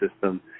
system